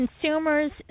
consumers